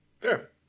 Fair